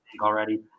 already